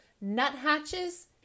nuthatches